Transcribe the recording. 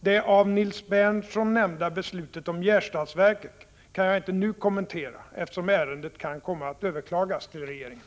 Det av Nils Berndtson nämnda beslutet om Gärstadsverket kan jag inte nu kommentera, eftersom ärendet kan komma att överklagas till regeringen.